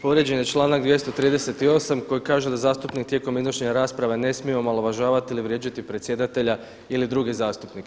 Povrijeđen je članak 238. koji kaže da zastupnik tijekom iznošenja rasprave ne smije omalovažavati ili vrijeđati predsjedatelja ili druge zastupnike.